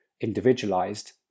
individualized